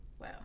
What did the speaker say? Wow